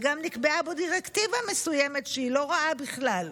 וגם נקבעה בו דירקטיבה מסוימת שהיא לא רעה בכלל.